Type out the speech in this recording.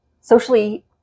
socially